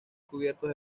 cubiertos